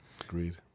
Agreed